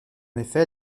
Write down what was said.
effet